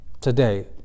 today